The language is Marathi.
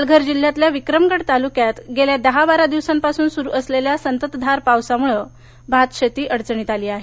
पालघर जिल्ह्यातल्या विक्रमगड तालुक्यात गेल्या दहा बारा दिवसांपासुन सुरू असलेल्या संततधार पावसामुळे भातशेती अडचणीत आली आहे